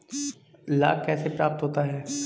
लाख कैसे प्राप्त होता है?